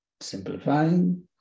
simplifying